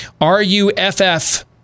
R-U-F-F